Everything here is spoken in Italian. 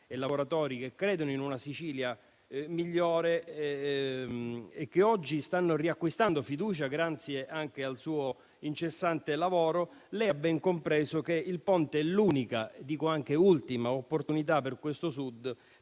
e lavoratori che credono in una Sicilia migliore e che oggi stanno riacquistando fiducia grazie anche al suo incessante lavoro, ha ben compreso che il ponte è l'unica - dico anche ultima - opportunità per il Sud